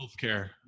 healthcare